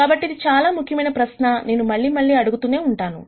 కాబట్టి ఇది చాలా ముఖ్యమైన ప్రశ్న నేను మళ్లీ మళ్లీ అడుగుతూనే ఉంటాం